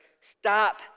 stop